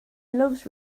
loves